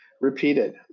repeated